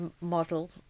model